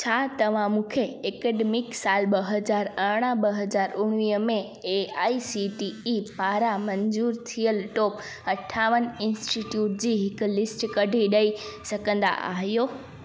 छा तव्हां मूंखे ऐकडेमिक साल ॿ हज़ार अरिड़हं ॿ हज़ार उणिवीह में A I C T E पारां मंज़ूर थियल टॉप अठावन इन्स्टिटयूट जी हिक लिस्ट कढी ॾई सघंदा आहियो